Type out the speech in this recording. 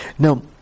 Now